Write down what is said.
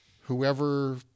whoever